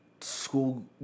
school